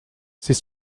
ces